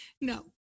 No